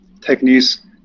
techniques